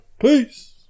Peace